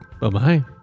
Bye-bye